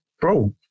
bro